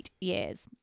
years